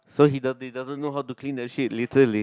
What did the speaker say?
so he does he doesn't know how to clean the shit literally